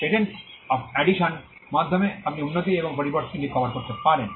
patent of addition মাধ্যমে আপনি উন্নতি এবং পরিবর্তনটি কভার করতে পারেন